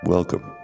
Welcome